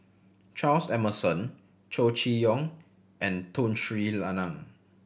Charles Emmerson Chow Chee Yong and Tun Sri Lanang